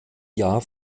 jahr